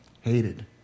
Hated